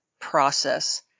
process